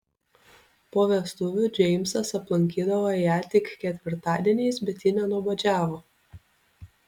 po vestuvių džeimsas aplankydavo ją tik ketvirtadieniais bet ji nenuobodžiavo